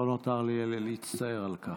לא נותר לי אלא להצטער על כך.